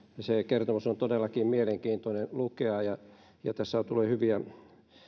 kertomus on todellakin mielenkiintoinen lukea ja tässä on tullut hyviä